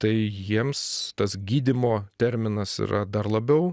tai jiems tas gydymo terminas yra dar labiau